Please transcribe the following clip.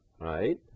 Right